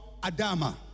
Adama